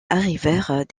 arrivèrent